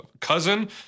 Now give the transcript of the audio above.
cousin